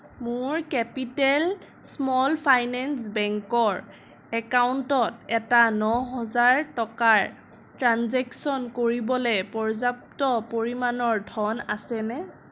মোৰ capital small finance বেংকৰ একাউণ্টত এটা ন হাজাৰ টকাৰ ট্ৰেঞ্জেকশ্য়ন কৰিবলৈ পৰ্য্য়াপ্ত পৰিমাণৰ ধন আছেনে